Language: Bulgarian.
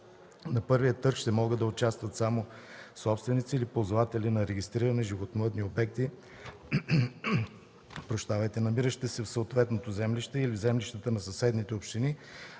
На първият търг ще могат да участват само собственици или ползватели на регистрирани животновъдни обекти, намиращи се в съответното землище или в землищата на съседните общини,